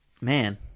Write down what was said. Man